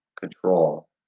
control